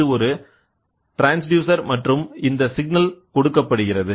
இது ஒரு ட்ரான்ஸ்டியூசர் மற்றும் இந்த சிக்னல் கொடுக்கப்படுகிறது